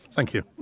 thank you.